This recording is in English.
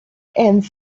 and